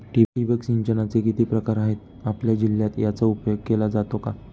ठिबक सिंचनाचे किती प्रकार आहेत? आपल्या जिल्ह्यात याचा उपयोग केला जातो का?